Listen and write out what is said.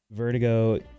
Vertigo